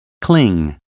cling